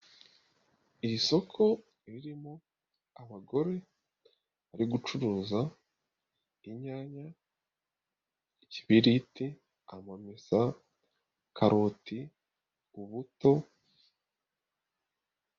Isoko ririmo abagore bari gucuruza inyanya, ikibirit,i amamesa, karoti, ubuto.